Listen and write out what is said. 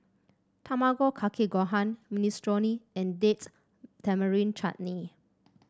Tamago Kake Gohan Minestrone and Date Tamarind Chutney